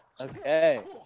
Okay